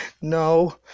no